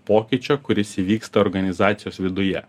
pokyčio kuris įvyksta organizacijos viduje